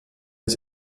els